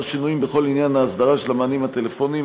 שינויים בכל עניין ההסדרה של המענים הטלפוניים,